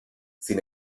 sin